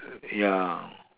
ya